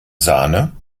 sahne